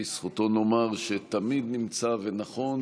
שלזכותו נאמר שתמיד נמצא ונכון,